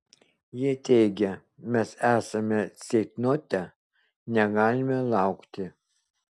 jie teigia mes esame ceitnote negalime laukti